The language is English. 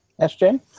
SJ